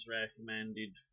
recommended